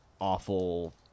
awful